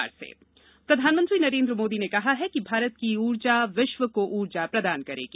PM ऊर्जा सम्मेलन प्रधानमंत्री नरेन्द्र मोदी ने कहा है कि भारत की ऊर्जा विश्व को ऊर्जा प्रदान करेगी